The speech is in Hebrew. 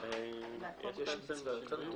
הישיבה נעולה.